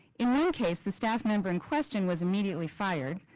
in one case, the staff member in question was immediately fired,